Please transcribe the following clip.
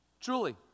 Truly